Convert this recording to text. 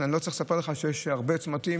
אני לא צריך לספר לך שיש הרבה צמתים.